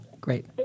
great